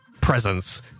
presence